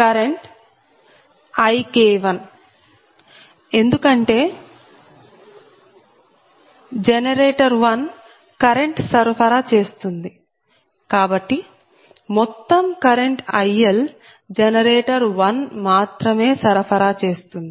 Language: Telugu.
కరెంట్ IK1 ఎందుకంటే జనరేటర్ 1 కరెంట్ సరఫరా చేస్తుంది కాబట్టి మొత్తం కరెంట్ IL జనరేటర్ 1 మాత్రమే సరఫరా చేస్తుంది